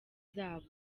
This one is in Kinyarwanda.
zabo